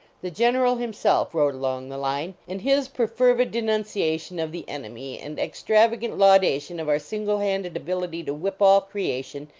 the general himself rode along the line, and his perfervid denunciation of the enemy and ex travagant laudation of our single-handed abil ity to whip all creation,